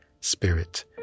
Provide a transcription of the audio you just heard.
Spirit